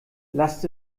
lasst